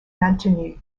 maintenu